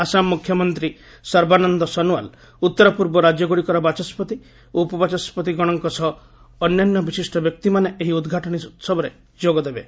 ଆସାମ ମୁଖ୍ୟମନ୍ତ୍ରୀ ସର୍ବାନନ୍ଦ ସୋନୱାଲ ଉତ୍ତର ପୂର୍ବ ରାଜ୍ୟଗୁଡିକର ବାଚସ୍କତି ଓ ଉପବାଚସ୍କତିଗଣ ତଥା ଅନ୍ୟାନ୍ୟ ବିଶିଷ୍ଟ ବ୍ୟକ୍ତିମାନେ ଏହି ଉଦ୍ଘାଟନୀ ଉହବରେ ଯୋଗଦେବେ